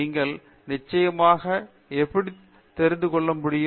நீங்கள் நிச்சயமாக எப்படித் தெரிந்து கொள்ள முடியும்